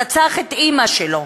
רצח את אימא שלו.